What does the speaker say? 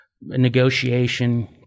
negotiation